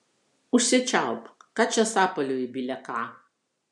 užsičiaupk ką čia sapalioji bile ką